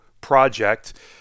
Project